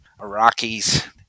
Iraqis